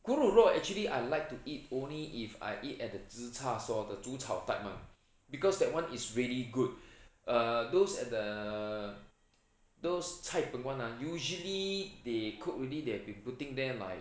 咕噜肉 actually I like to eat only if I eat at zi char store the 煮炒 type [one] because that one is really good err those at the err those cai png [one] ah usually they cook already they have putting there like